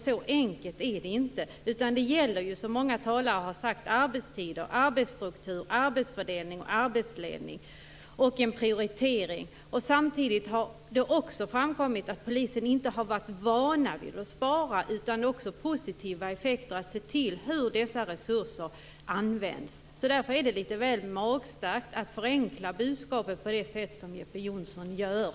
Så enkelt är det inte. Det är, som många talare har sagt, fråga om arbetstider, arbetsstruktur, arbetsfördelning, arbetsledning och prioritering. Samtidigt har det också framkommit att polisen inte har varit van vid att spara, utan det har blivit positiva effekter av att se till hur dessa resurser används. Därför är det litet väl magstarkt att förenkla budskapet på det sätt som Jeppe Johnsson gör.